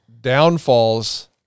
downfalls